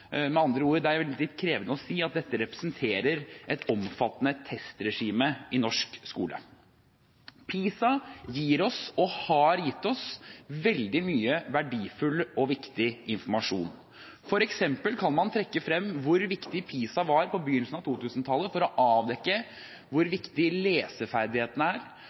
Med andre ord: Det er litt krevende å kunne si at dette representerer et omfattende testregime i norsk skole. PISA gir oss og har gitt oss veldig mye verdifull og viktig informasjon. For eksempel kan man trekke frem hvor viktig PISA var på begynnelsen av 2000-tallet for å få avdekket hvor viktig leseferdigheten er,